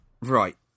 right